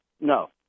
no